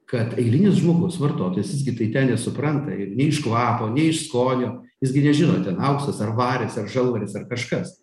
kad eilinis žmogus vartotojas jis gi tai ten nesupranta ir nei iš kvapo nei iš skonio jis gi nežino ten auksas ar varis ar žalvaris ar kažkas